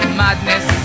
madness